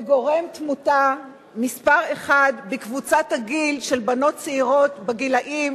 זה גורם תמותה מספר אחת בקבוצת הגיל של בנות צעירות בגיל 15